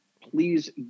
please